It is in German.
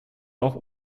auch